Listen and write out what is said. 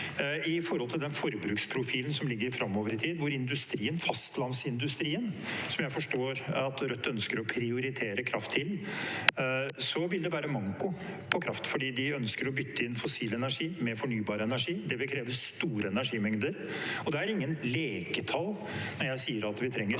det gjelder den forbruksprofilen som ligger framover i tid: For industrien, fastlandsindustrien, som jeg forstår at Rødt ønsker å prioritere kraft til, vil det være manko på kraft, fordi de ønsker å bytte inn fossil energi med fornybar energi. Det vil kreve store energimengder. Det er ikke noe leketall når jeg sier at vi trenger 57 TWh mer